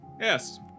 yes